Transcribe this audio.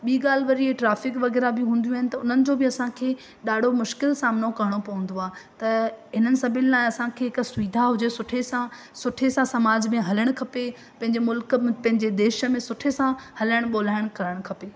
ॿी ॻाल्हि वरी ट्रैफिक वग़ैरह बि हूंदियूं आहिनि त उन्हनि जो बि असांखे ॾाढो मुश्किल सामनो करिणो पवंदो आहे त हिननि सभु हिननि सभिनि लाइ असां खे हिक सुविधा हुजे सुठे सां सुठे सां समाज में हलणु खपे पंहिंजे मुल्क में पंहिंजे देश में सुठे सां हलणु ॿोल्हाइणु करणु खपे